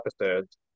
episodes